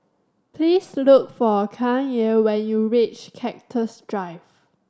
please look for Kanye when you reach Cactus Drive